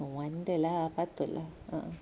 no wonder lah patut lah